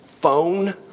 phone